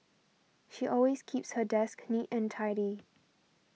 she always keeps her desk neat and tidy